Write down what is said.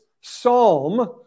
psalm